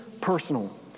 personal